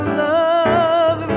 love